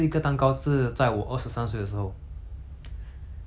the first cake I ever eat ever since I was born